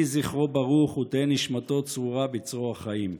יהי זכרו ברוך, ותהא נשמתו צרורה בצרור החיים.